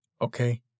Okay